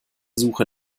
suche